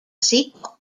sequel